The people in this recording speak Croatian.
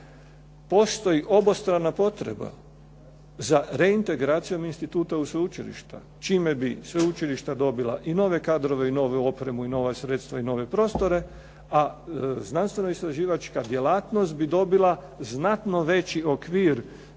Postoji obostrana potreba za reintegracijom instituta u sveučilišta čime bi sveučilišta dobila i nove kadrove i novu opremu i nova sredstva i nove prostore, a znanstveno-istraživačka djelatnost bi dobila znatno veći okvir